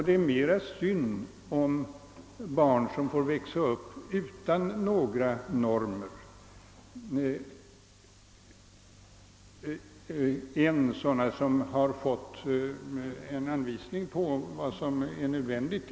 Det är mera synd om barn som får växa upp utan några normer än om barn som fått anvisning på vad som är nödvändigt.